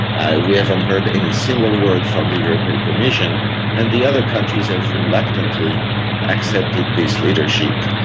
ah we haven't heard any single word from the european commission and the other countries have reluctantly accepted this leadership.